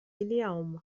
اليوم